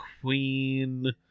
queen